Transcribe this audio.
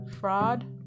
fraud